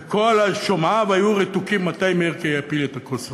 וכל שומעיו היו רתוקים מתי מאירק'ה יפיל את הכוס הזאת.